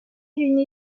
une